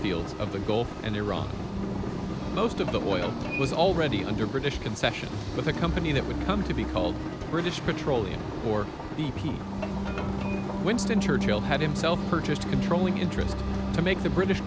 fields of the gulf and iran most of the oil was already under british concessions but the company that would come to be called british petroleum or b p winston churchill had himself purchased a controlling interest to make the british